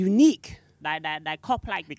Unique